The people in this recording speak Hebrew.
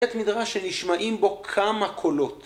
בית מדרש שנשמעים בו כמה קולות